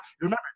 Remember